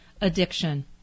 addiction